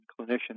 clinicians